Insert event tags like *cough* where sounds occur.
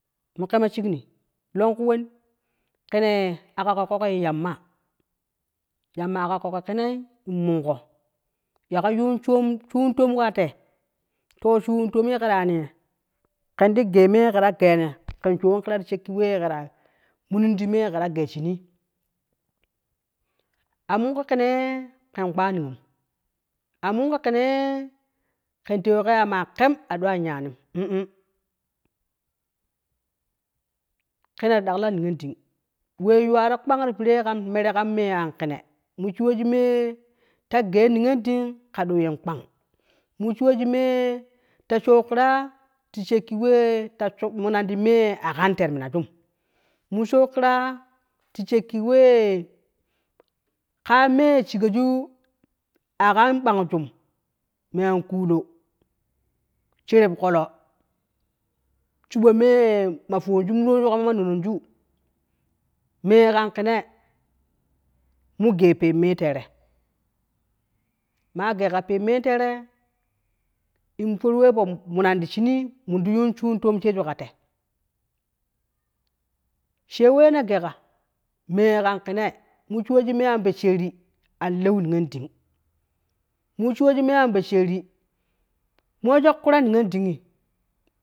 Mo ke mo shii ne lon weyea aka ko lo yamma yamma a ka ko ke nei in mun ko ye ko shum to ka tee to shum ye ke ta ye ni ye kan shum wee kila ti sham ki wee kara munin ti shuu ni a mun ko ke nei kan niyo a mun ko ke nei kan te wee ke te wee ke ye makan a doi an ye nin *unintelligible* ke na ti din niyon den wee ye waro kpang ti pere kan mere kan me yan ke nei mu shii ju me ta gai niyon den ko doo ye kpang mu shi yu. Ta sham kera ti shicki wee ta mu na ti mee a kan tee ti mina ju mo sham ti kora ti shai ki wee ka me shi go ju a kan gbonjuk me an kula sherep kolo shiso me ma fo nei ma fo ya ni wuroju kama ma nonoju me kan ke nei mo gei pen me kan tee re ma gei ka pen me tee re in foro wee fo menani ti shi ni in ti shanu to sheju kan tee sha wee ne gei ka me kan ke nei mo she wuju me kan fo shere an lee niyo den mo she yu ju me an fo shere, mo we ju kera niyon den